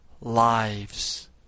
lives